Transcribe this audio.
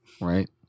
right